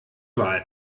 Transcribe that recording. wahl